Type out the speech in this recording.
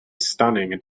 stunning